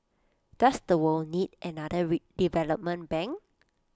does the world need another development bank